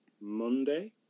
Monday